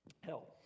hell